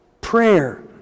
prayer